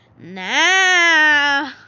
Now